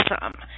awesome